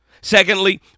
Secondly